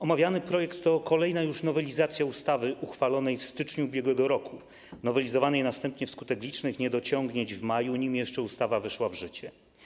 Omawiany projekt to kolejna już nowelizacja ustawy uchwalonej w styczniu ub.r., nowelizowanej następnie wskutek licznych niedociągnięć w maju, nim jeszcze ustawa weszła w życie.